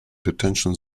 detention